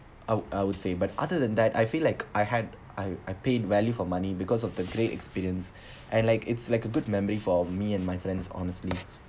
I would I would say but other than that I feel like I had I I paid value for money because of the great experience and like it's like a good memory for me and my friends honestly